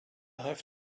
have